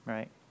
Right